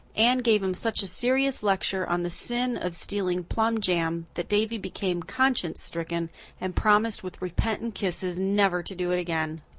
anne gave him such a serious lecture on the sin of stealing plum jam that davy became conscience stricken and promised with repentant kisses never to do it again.